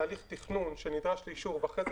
תהליך תכנון שנדרש לאישור ואחרי זה,